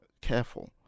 careful